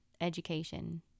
education